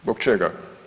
Zbog čega?